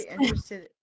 interested